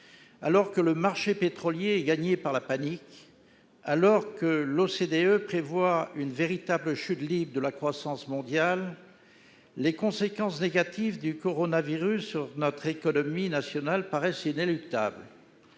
Alors que le marché pétrolier est gagné par la panique et que l'OCDE prévoit une véritable chute de la croissance mondiale, les conséquences négatives du coronavirus sur notre économie paraissent inéluctables.